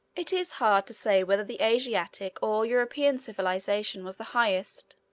it is hard to say whether the asiatic or european civilization was the highest.